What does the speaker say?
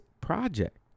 project